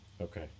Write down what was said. Okay